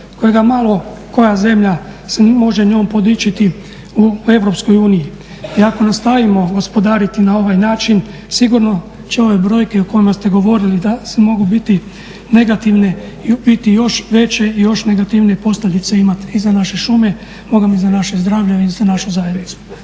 koja zemlja se može njom podičiti u EU i ako nastavimo gospodariti na ovaj način, sigurno će ove brojke o kojima ste govorili da mogu biti negativne i biti još veće i još negativnije posljedice imati i za naše šume, Boga mi i za naše zdravlje i za našu zajednicu.